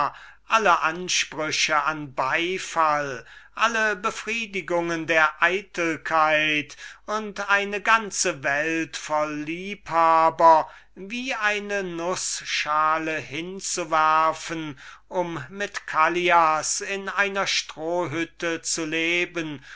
alle ansprüche an beifall alle befriedigungen der eitelkeit und eine ganze welt voll liebhaber wie eine nußschale hinzuwerfen um mit callias in einer mit stroh bedeckten hütte zu leben